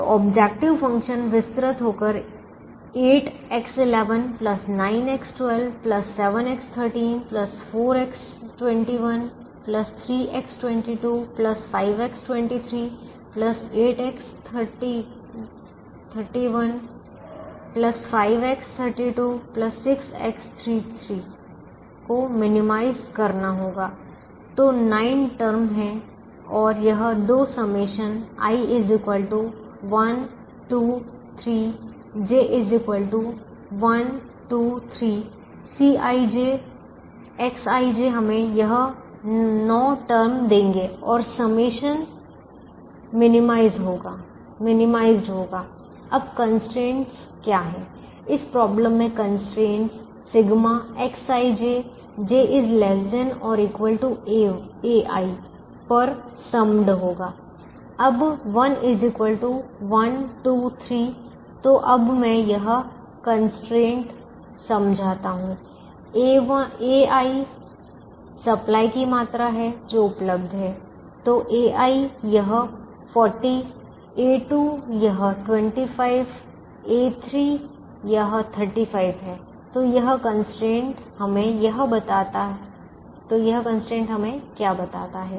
तो objective function विस्तृत होकर 8X11 9X12 7X13 4X21 3X22 5X23 8X31 5X32 6X33 को न्यूनतम करना होगा तो 9 टर्म है और यह दो summation sign i 123 j123 Cij Xij हमें यह 9 टर्म देंगे और समेशन न्यूनतम करना होगा अब कंस्ट्रेंट्सबाध्यताएं क्या है इस समस्यामें कंस्ट्रेंट्सबाध्यताएं सिग्मा Xij j ≤ ai पर योग जोड़ होगा अब 1 123 तो अब मैं यह कंस्ट्रेंट्बाध्यता constraint समझाता हूं ai सप्लाई की मात्रा है जो उपलब्ध है तो a1 यह 40 a2 यह 25 a3 यह 35 है तो यह कंस्ट्रेंट्सबाध्यता constraint हमें क्या बताता है